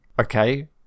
Okay